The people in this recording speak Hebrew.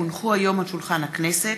כי הונחו היום על שולחן הכנסת,